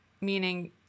meaning